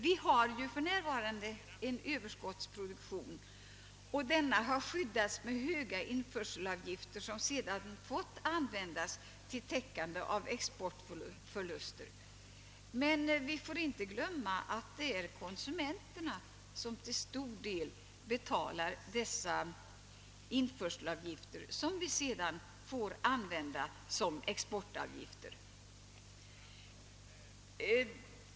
Vi har för närvarande en Ööverskottsproduktion, den har skyddats med höga införselavgifter som sedan fått användas till täckande av exportförluster. Men vi får inte glömma att det är konsumenterna som till stor del betalar dessa införselavgifter som vi sedan använt som exportavgifter.